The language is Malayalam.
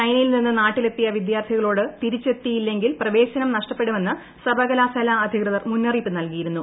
ചൈനയിൽ നിന്നു നാട്ടിലെത്തിയ വിദ്യാർത്ഥികളോട് തിരിച്ചെത്തിയില്ലെങ്കിൽ പ്രവേശനം നഷ്ടപ്പെടുമെന്ന് സർവകലാശാല അധികൃതർ മുന്നറിയിപ്പ് നൽകിയിരുന്നു